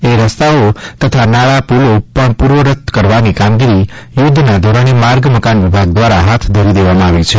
એ રસ્તાઓ તથા નાળાપુલો પણ પૂર્વવત કરવાની કામગીરી યુદ્ધના ધોરણે માર્ગ મકાન વિભાગ દ્વારા હાથ ધરી દેવામાં આવી છે